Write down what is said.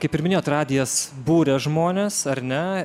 kaip ir minėjot radijas būrė žmones ar ne